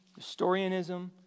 Historianism